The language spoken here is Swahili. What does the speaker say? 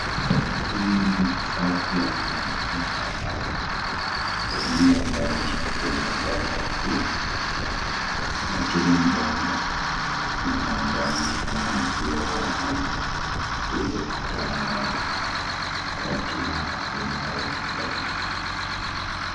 Hili ni safu ya mabomba ya maji iliyounganishwa kwenye bomba kuu na kila bomba linaunganishwa na mpira wa maji ili kutoa maji kwa kila aina ya bomba.